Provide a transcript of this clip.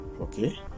Okay